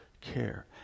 care